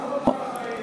מה הוא אמר על החרדים?